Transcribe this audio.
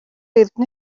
эрдэнэ